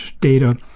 data